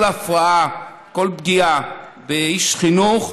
כל הפרעה, כל פגיעה באיש חינוך,